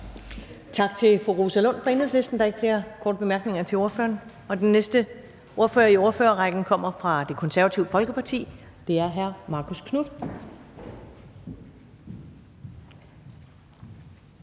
Tak til fru Rosa Lund fra Enhedslisten. Der er ikke flere korte bemærkninger til ordføreren. Den næste ordfører i ordførerrækken kommer fra Det Konservative Folkeparti, og det er hr. Marcus Knuth.